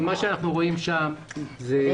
אנחנו רואים שחמש